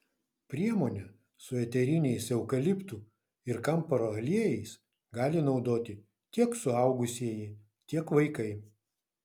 priemonę su eteriniais eukaliptų ir kamparo aliejais gali naudoti tiek suaugusieji tiek vaikai